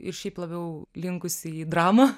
ir šiaip labiau linkusi į dramą